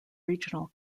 regional